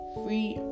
free